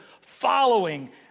following